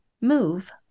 move